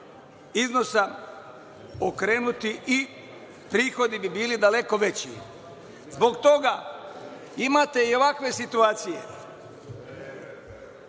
iznosa okrenuti i prihodi bi bili daleko veći. Zbog toga imate i ovakve situacije,